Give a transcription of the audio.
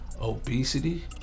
obesity